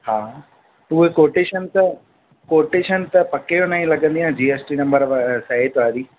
हा उहा कोटेशन त कोटेशन त पके में ई लॻंदी आहे जी एस टी नंबर सहित वारी